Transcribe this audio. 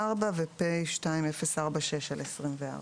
פ/2228/24 ו-פ/2046/24.